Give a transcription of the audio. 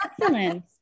excellent